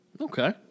Okay